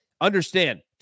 understand